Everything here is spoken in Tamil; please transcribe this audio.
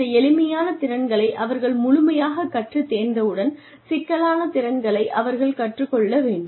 இந்த எளிமையான திறன்களை அவர்கள் முழுமையாக கற்றுத் தேர்ந்தவுடன் சிக்கலான திறன்களை அவர்கள் கற்றுக் கொள்ள வேண்டும்